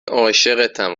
عاشقتم